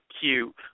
cute